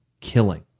killing